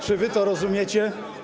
Czy wy to rozumiecie?